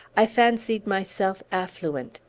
i fancied myself affluent.